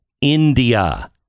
india